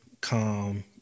calm